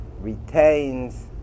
retains